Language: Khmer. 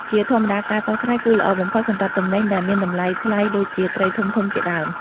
ជាធម្មតាការតថ្លៃគឺល្អបំផុតសម្រាប់ទំនិញដែលមានតម្លៃថ្លៃដូចជា ត្រីធំៗជាដើម។